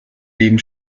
leben